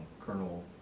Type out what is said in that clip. Colonel